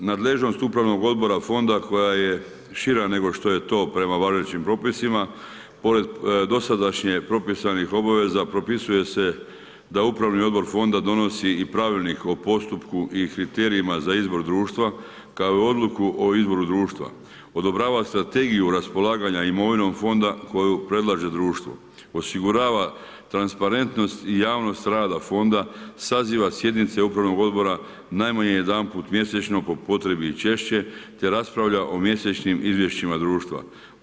Nadležnost upravnog odbora fonda koja je šira nego što je to prema važećim propisima, pored dosadašnje propisanih obaveza propisuje se upravni odbor fonda donosi i pravilnik o postupku i kriterijima za izbor društva kao i odluku o izboru društva, odobrava strategiju raspolaganja imovinom fonda koju predlaže društvo, osigurava transparentnost i javnost rad fonda saziva sjednice upravnog odbora najmanje jedanput mjesečno, po potrebi i češće te raspravlja o mjesečnim izvješćima društva.